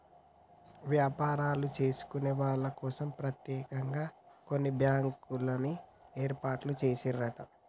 వ్యాపారాలు చేసుకునే వాళ్ళ కోసం ప్రత్యేకంగా కొన్ని బ్యాంకుల్ని ఏర్పాటు చేసిండ్రు